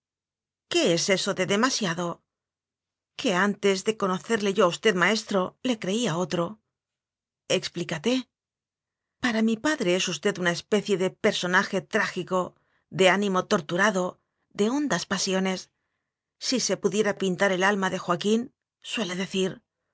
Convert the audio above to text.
qué es eso de demasiado que antes de conocerle yo a usted maes tro le creía otro explícate para mi padre es usted una especie de personaje trágico de ánimo torturado dehon das pasiones si se pudiera pintar el alma de joaquín suele decir